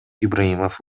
ибраимов